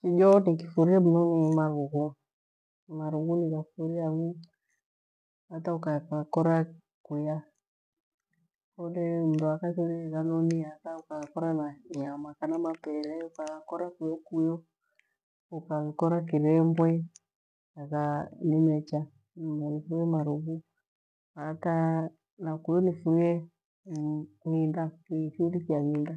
Kijo nikifurie mnu ni manighu, marughu nighafurie hangiu, hata ukaghakora kuya kole mru aghafurie ghanonie hata ukaghakora na nyama kana mapere uka ghakora kuyokuyo ukaghakira kirembwe ni mecha niyo nifurie marughu hata na kuyo nifurie ishighulikia nginda